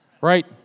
right